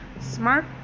smart